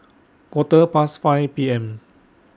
Quarter Past five P M